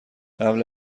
قبل